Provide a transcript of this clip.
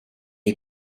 est